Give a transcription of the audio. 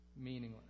meaningless